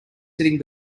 sitting